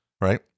right